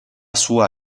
sua